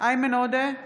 איימן עודה,